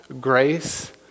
Grace